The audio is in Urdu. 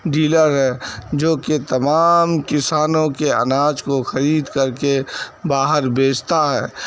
ڈیلر ہے جو کہ تمام کسانوں کے اناج کو خرید کر کے باہر بیچتا ہے